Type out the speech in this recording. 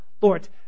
Lord